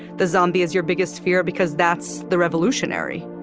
the zombie is your biggest fear because that's the revolutionary